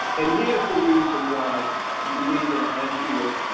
and here's the reason why you need an eye shield,